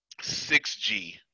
6G